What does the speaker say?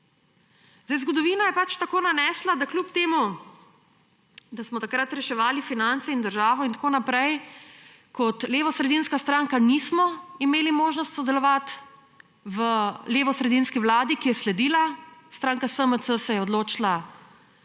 Zgodovina je pač tako nanesla, da čeprav smo takrat reševali finance in državo, kot levosredinska stranka nismo imeli možnosti sodelovati v levosredinski vladi, ki je sledila. Stranka SMC se je odločila,